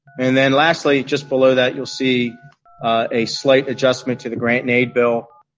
and then, lastly, just below that you'll see a slight adjustment to the grant-and-aid bill.